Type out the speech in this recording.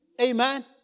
Amen